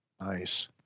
Nice